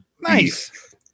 Nice